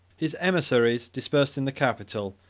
his emissaries, dispersed in the capital,